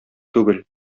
түгел